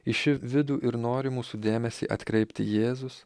iš vidų ir nori mūsų dėmesį atkreipti jėzus